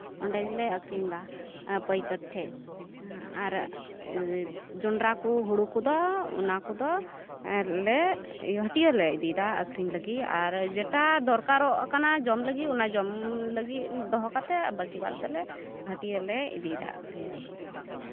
ᱚᱸᱰᱮ ᱜᱮᱞᱮ ᱟᱹᱠᱷᱨᱤᱧᱫᱟ ᱯᱟᱹᱭᱠᱟᱹᱨ ᱴᱷᱮᱡ ᱟᱨ ᱡᱚᱱᱰᱨᱟ ᱠᱚ ᱦᱩᱲᱩ ᱠᱚᱫᱚ ᱚᱱᱟ ᱠᱚᱫᱚᱞᱮ ᱦᱟᱹᱴᱭᱟᱹᱞᱮ ᱤᱫᱤᱭᱫᱟ ᱟᱹᱠᱷᱨᱤᱧ ᱞᱟᱹᱜᱤᱫ ᱟᱨ ᱡᱮᱴᱟ ᱫᱚᱨᱠᱟᱨᱚᱜ ᱠᱟᱱᱟ ᱡᱚᱢ ᱞᱟᱹᱜᱤᱫ ᱚᱱᱟ ᱡᱚᱢ ᱞᱟᱹᱜᱤᱫ ᱫᱚᱦᱚ ᱠᱟᱛᱮᱫ ᱵᱟᱹᱠᱤ ᱵᱟᱫᱽ ᱫᱚᱞᱮ ᱦᱟᱹᱴᱭᱟᱹᱞᱮ ᱤᱫᱤᱭᱫᱟ ᱟᱹᱠᱷᱨᱤᱧ ᱞᱟᱹᱜᱤᱫ